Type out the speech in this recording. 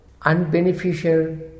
unbeneficial